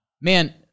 Man